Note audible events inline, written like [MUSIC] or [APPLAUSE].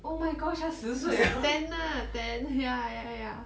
oh my gosh 他十岁 [LAUGHS]